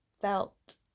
felt